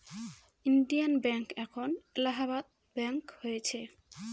Indian bank এখন Allahabad bank হয়েছে